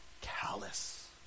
callous